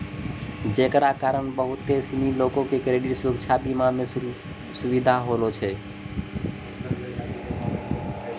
जेकरा कारण बहुते सिनी लोको के क्रेडिट सुरक्षा बीमा मे सुविधा होलो छै